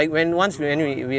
dunno why